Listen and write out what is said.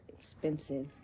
expensive